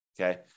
Okay